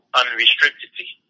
unrestrictedly